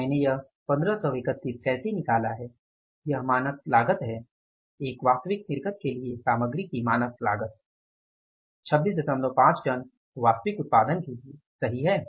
तो मैंने यह 1531 कैसे निकाला है यह मानक लागत है एक वास्तविक निर्गत के लिए सामग्री की मानक लागत 265 टन वास्तविक उत्पादन के लिए सही है